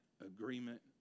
agreement